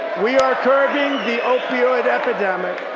we are curbing the opioid epidemic.